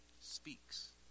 speaks